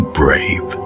brave